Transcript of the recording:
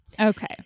Okay